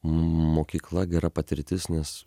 mokykla gera patirtis nes